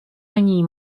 není